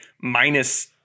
minus